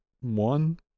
One